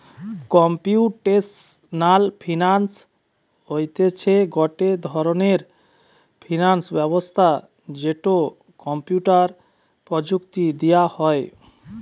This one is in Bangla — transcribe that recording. কম্পিউটেশনাল ফিনান্স হতিছে গটে ধরণের ফিনান্স ব্যবস্থা যেটো কম্পিউটার প্রযুক্তি দিয়া হই